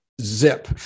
zip